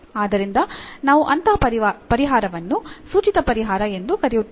ಆದ್ದರಿಂದ ನಾವು ಅಂತಹ ಪರಿಹಾರವನ್ನು ಸೂಚಿತ ಪರಿಹಾರ ಎಂದು ಕರೆಯುತ್ತೇವೆ